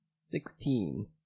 Sixteen